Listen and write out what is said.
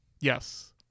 Yes